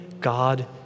God